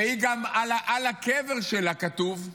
ועל הקבר שלה כתוב: